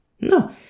No